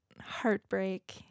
heartbreak